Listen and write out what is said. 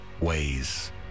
ways